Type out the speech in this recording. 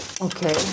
okay